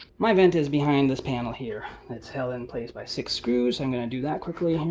my vent is behind this panel here that's held in place by six screws. i'm gonna do that quickly and